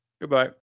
Goodbye